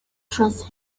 trust